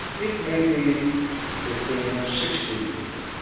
it may be fifteen or sixteen million,